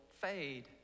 fade